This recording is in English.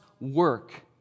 work